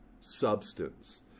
substance